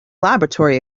laboratory